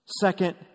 Second